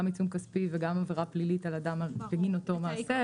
עיצום כספי וגם עבירה פלילית על אדם בגין אותו מעשה.